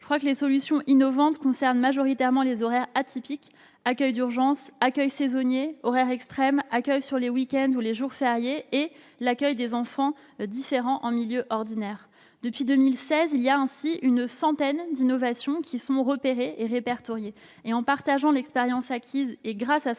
les parents. Les solutions innovantes concernent majoritairement les horaires atypiques, l'accueil d'urgence, l'accueil saisonnier, les horaires extrêmes, l'accueil les week-ends et les jours fériés et l'accueil des enfants différents en milieu ordinaire. Depuis 2016, une centaine d'innovations ont ainsi été repérées et répertoriées. En partageant l'expérience acquise et grâce à un